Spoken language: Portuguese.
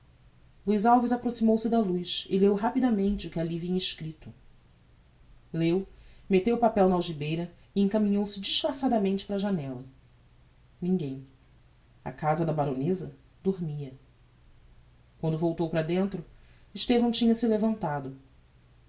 luiz alves aproximou-se da luz e leu rapidamente o que alli vinha escripto leu metteu o papel na algibeira e encaminhou-se disfarçadamente para a janella ninguem a casa da baroneza dormia quando voltou para dentro estevão tinha-se levantado